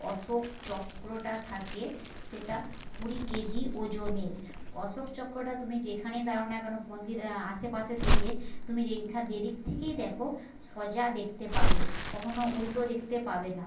অশোকচক্রটা থাকে সেটা কুড়ি কেজি ওজনের অশোকচক্রটা তুমি যেখানেই দাঁড়াও না কেন মন্দিরে আশেপাশে থেকে তুমি যেখান যেদিক থেকেই দেখো সোজা দেখতে পাবে কখনো উল্টো দেখতে পাবে না